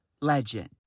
legend